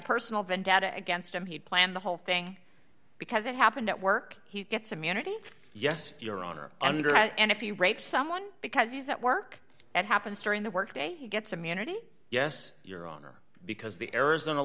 personal vendetta against him he'd planned the whole thing because it happened at work he gets immunity yes your honor under and if you rape someone because he's at work that happens during the workday he gets immunity yes your honor because the arizona